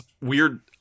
weird